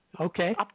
Okay